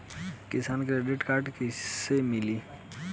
किसान credit card कइसे मिली?